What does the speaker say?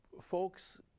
folks